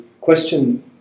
question